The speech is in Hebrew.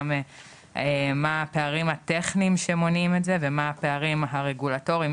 גם מה הפערים הטכניים שמונעים את זה ומה הפערים הרגולטורים,